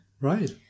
Right